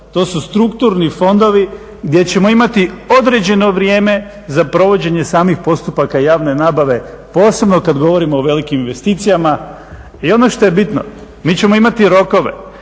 to su strukturni fondovi gdje ćemo imati određeno vrijeme za provođenje samih postupaka javne nabave, posebno kad govorimo o velikim investicijama. I ono što je bitno mi ćemo imati rokove,